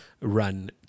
run